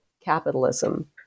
Capitalism